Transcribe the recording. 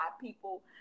people